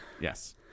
Yes